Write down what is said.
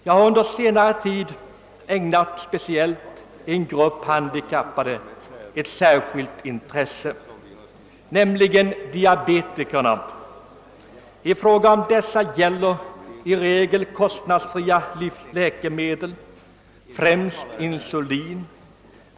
Jag har under senare tid ägnat speciellt en grupp handikappade särskilt intresse, nämligen diabetikerna. För dessa gäller att kostnadsfria läkemedel i regel utgår, främst insulin.